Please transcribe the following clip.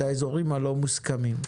האזורים הלא מוסכמים.